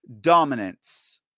dominance